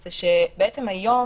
היא שהיום